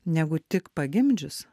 negu tik pagimdžius